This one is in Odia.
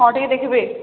ହଁ ଟିକେ ଦେଖିବେ